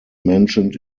mentioned